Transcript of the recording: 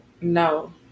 No